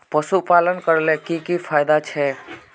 पशुपालन करले की की फायदा छे?